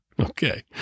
Okay